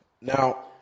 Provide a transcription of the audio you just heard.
Now